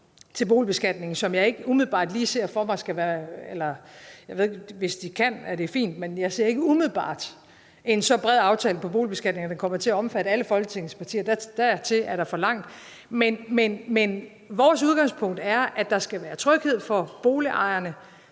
til boligbeskatningen. Dem ser jeg ikke lige umiddelbart for mig – hvis de kan, er det fint – være med i en så bred aftale om boligbeskatning, at det kommer til omfatte alle Folketingets partier. Dertil er der for langt mellem partierne. Men vores udgangspunkt er, at der skal være tryghed for boligejerne;